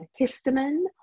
histamine